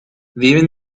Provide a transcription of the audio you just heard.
viven